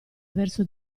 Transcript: verso